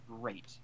great